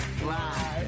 fly